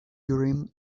urim